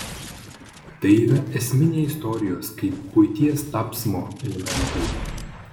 tai yra esminiai istorijos kaip buities tapsmo elementai